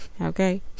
okay